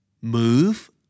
move